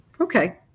Okay